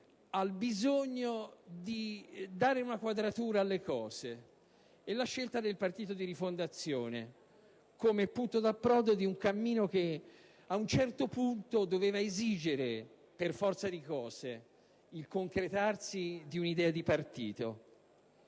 al bisogno di dare una quadratura alle cose. La scelta del Partito della Rifondazione Comunista arrivò come un punto di approdo di un cammino che ad un certo punto doveva esigere, per forza di cose, il concretarsi di un'idea di partito.